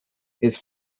his